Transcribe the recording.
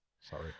Sorry